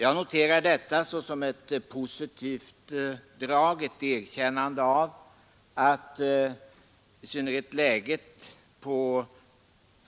Jag noterar detta såsom ett positivt drag, ett erkännande av att läget i synnerhet